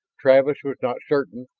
travis was not certain,